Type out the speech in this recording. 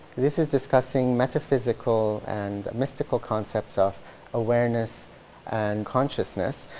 this is discussing metaphysical and mystical concepts of awareness and consciousness.